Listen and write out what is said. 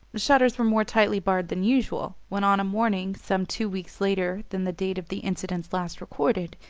shutters were more tightly barred than usual, when, on a morning some two weeks later than the date of the incidents last recorded,